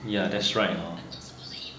ya that's right